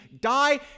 die